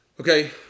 Okay